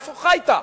איפה חיית,